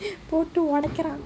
போட்டு ஓடைகுறான்:pottu odaikkuraan